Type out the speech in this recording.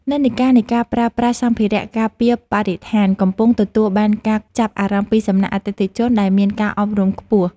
និន្នាការនៃការប្រើប្រាស់សម្ភារៈការពារបរិស្ថានកំពុងទទួលបានការចាប់អារម្មណ៍ពីសំណាក់អតិថិជនដែលមានការអប់រំខ្ពស់។